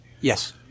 Yes